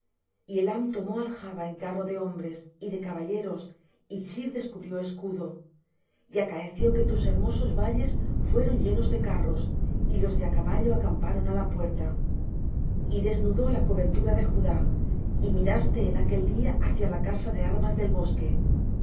y elam tomó aljaba en carro de hombres y de caballeros y chr descubrió escudo y acaeció que tus hermosos valles fueron llenos de carros y los de á caballo acamparon á la puerta y desnudó la cobertura de judá y miraste en aquel día hacia la casa de armas del bosque y